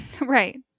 Right